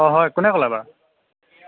অ' হয় কোনে ক'লে বাৰু